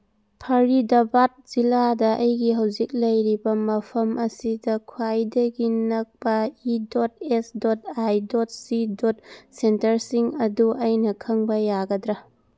ꯐꯔꯤꯗꯕꯥꯠ ꯖꯤꯂꯥꯗ ꯑꯩꯒꯤ ꯍꯧꯖꯤꯛ ꯂꯩꯔꯤꯕ ꯃꯐꯝ ꯑꯁꯤꯗ ꯈ꯭ꯋꯥꯏꯗꯒꯤ ꯅꯛꯄ E dot S dot I dot C dot ꯁꯦꯟꯇꯔꯁꯤꯡ ꯑꯗꯨ ꯑꯩꯅ ꯈꯪꯕ ꯌꯥꯒꯗ꯭ꯔꯥ